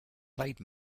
played